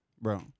bro